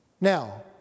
Now